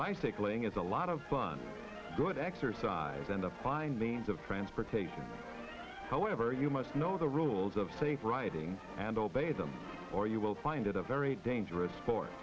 bicycling is a lot of fun good exercise then to find means of transportation however you must know the rules of safe riding and obey them or you will find a very dangerous sport